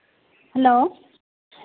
hello